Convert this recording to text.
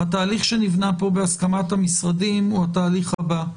התהליך שנבנה פה בהסכמת המשרדים הוא התהליך הבא: